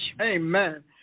Amen